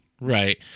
Right